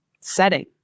setting